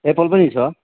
Apple पनि छ